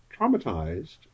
traumatized